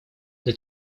для